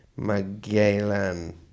Magellan